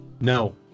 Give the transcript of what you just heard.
No